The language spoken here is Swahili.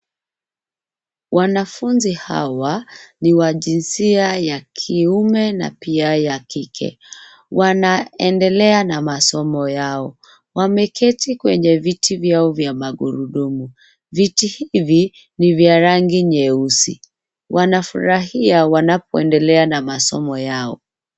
Wanafunza hawa ni wa jinsia ya kiume na pia ya kike, wanaendelea na masomo yao, wameketi kwenye viti vyao vya magurudumu, viti hivi ni vya rangi nyeusi wanafurahia wanapoendelea na masomo yao.